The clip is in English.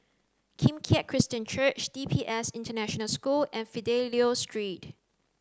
Kim Keat Christian Church D P S International School and Fidelio Street